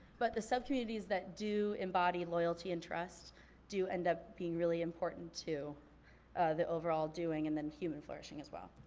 but the sub-communities that do embody loyalty and trust do end up being really important to the overall doing and then human flourishing as well.